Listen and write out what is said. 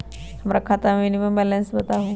हमरा खाता में मिनिमम बैलेंस बताहु?